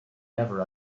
never